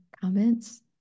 comments